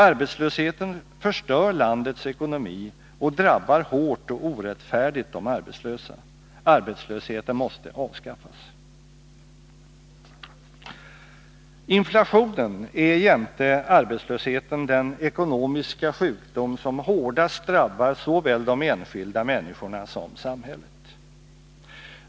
Arbetslösheten förstör landets ekonomi och drabbar hårt och orättfärdigt de arbetslösa. Arbetslösheten måste avskaffas. Inflationen är jämte arbetslösheten den ekonomiska sjukdom som hårdast drabbar såväl de enskilda människorna som samhället.